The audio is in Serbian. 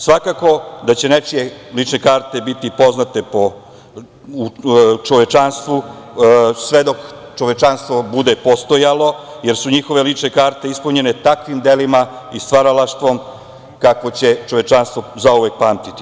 Svakako da će nečije lične karte biti poznate u čovečanstvu sve dok čovečanstvo bude postojalo, jer su njihove lične karte ispunjene takvim delima i stvaralaštvom kakvo će čovečanstvo zauvek pamtiti.